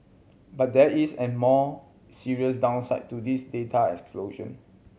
but there is an more serious downside to this data